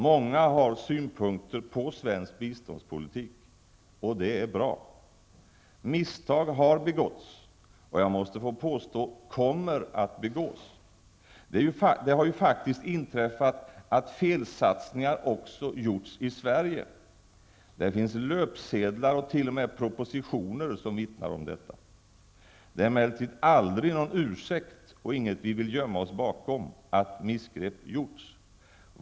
Många har synpunkter på svensk biståndspolitik. Det är bra. Misstag har begåtts och, jag måste få påstå, kommer att begås. Det har ju faktiskt inträffat att felsatsningar också gjorts i Sverige -- det finns löpsedlar och t.o.m. propositioner som vittnar om detta. Det är emellertid aldrig någon ursäkt och inget vi vill gömma oss bakom, att missgrepp gjorts.